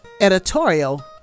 Editorial